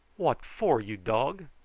what for, you dog?